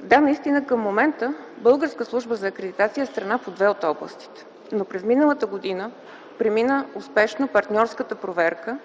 да, наистина към момента Българската служба за акредитация е страна по две от областите. През миналата година премина успешно партньорската проверка